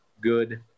good